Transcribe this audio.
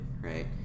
right